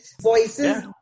voices